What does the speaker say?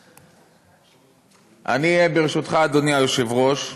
אני, ברשותך, אדוני היושב-ראש,